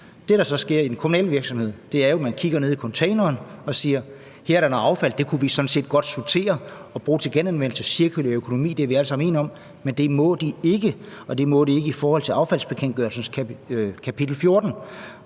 Det, der så sker i den kommunale virksomhed, er jo, at man kigger ned i containeren og siger: Her er der noget affald; det kunne vi sådan set godt sortere og bruge til genanvendelse. Cirkulær økonomi er vi alle sammen enige om, men det må virksomheden ikke, og det må de ikke i forhold til affaldsbekendtgørelsens kapitel 14.